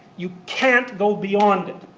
you can't go beyond it.